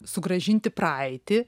sugrąžinti praeitį